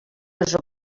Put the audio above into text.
les